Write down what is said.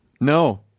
No